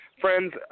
Friends